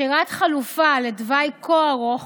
בחירת חלופה לתוואי כה ארוך